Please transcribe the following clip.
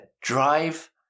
drive